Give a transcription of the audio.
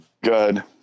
good